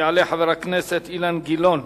יעלה חבר הכנסת אילן גילאון,